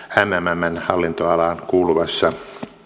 mmmn hallintoalaan kuuluvassa